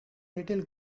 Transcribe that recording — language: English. little